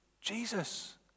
Jesus